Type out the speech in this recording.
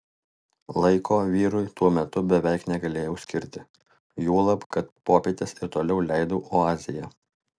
laiko vyrui tuo metu beveik negalėjau skirti juolab kad popietes ir toliau leidau oazėje